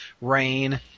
Rain